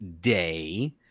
day